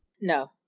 No